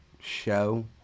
show